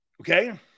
Okay